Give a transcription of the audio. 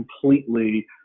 completely